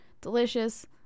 delicious